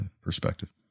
perspective